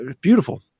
beautiful